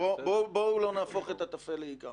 בואו לא נהפוך את הטפל לעיקר.